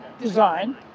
design